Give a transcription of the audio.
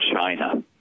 China